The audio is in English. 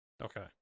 Okay